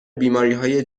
بیماریهای